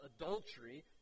adultery